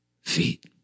feet